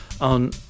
on